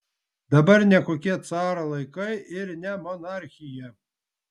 dabar ne kokie caro laikai ir ne monarchija